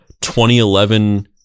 2011